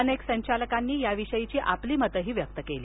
अनेक संचालकांनी याविषयीची आपली मतंही व्यक्त केली